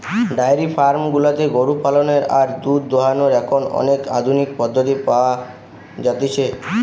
diary farm গুলাতে গরু পালনের আর দুধ দোহানোর এখন অনেক আধুনিক পদ্ধতি পাওয়া যতিছে